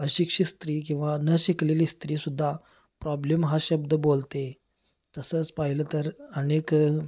अशिक्षित स्त्री किंवा न शिकलेली स्त्रीसुद्धा प्रॉब्लेम हा शब्द बोलते तसंच पाहिलं तर अनेक